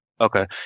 Okay